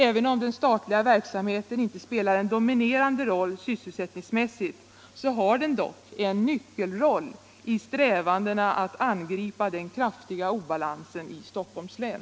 Även om den statliga verksamheten sysselsättningsmässigt inte spelar en dominerande roll så har den dock en nyckelroll i strävandena att angripa den kraftiga obalansen i Stockholms län.